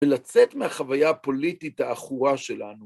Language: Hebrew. ולצאת מהחוויה הפוליטית העכורה שלנו.